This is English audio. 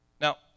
Now